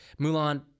Mulan